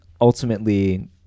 ultimately